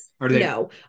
no